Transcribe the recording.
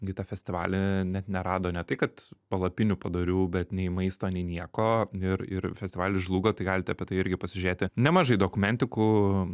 į tą festivalį net nerado ne tai kad palapinių padorių bet nei maisto nei nieko ir ir festivalis žlugo tai galit apie tai irgi pasižiūrėti nemažai dokumentikų